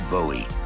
Bowie